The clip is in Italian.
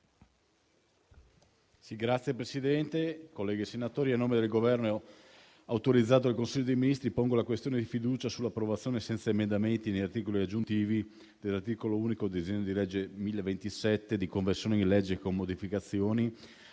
Signor Presidente, onorevoli senatori, a nome del Governo, autorizzato dal Consiglio dei ministri, pongo la questione di fiducia sull'approvazione, senza emendamenti né articoli aggiuntivi, dell'articolo unico del disegno di legge n. 1027, di conversione, con modificazioni,